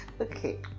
Okay